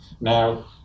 Now